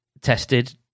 tested